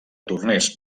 tornés